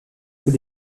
tous